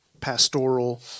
pastoral